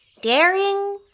Daring